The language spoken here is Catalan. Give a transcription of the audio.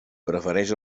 prefereix